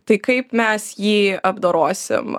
tai kaip mes jį apdorosim